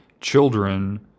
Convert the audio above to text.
children